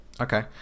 Okay